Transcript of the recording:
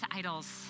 idols